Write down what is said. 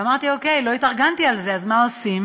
אמרתי: אוקיי, לא התארגנתי על זה, אז מה עושים?